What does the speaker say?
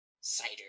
Cider